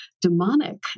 demonic